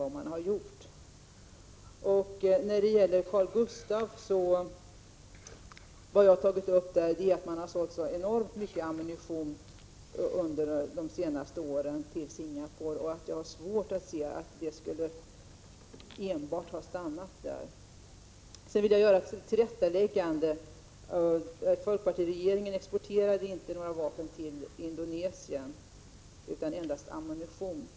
Vad jag har tagit upp när det gäller Carl-Gustaf är att man under de senaste åren sålt så enormt mycket ammunition till Singapore. Det är svårt att se att den skulle ha kunnat stanna där. Sedan vill jag göra ett tillrättaläggande. Folkpartiregeringen exporterade inte några vapen till Indonesien utan endast ammunition.